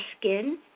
skin